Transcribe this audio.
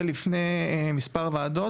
לכן זה צריך להיות פירמידה.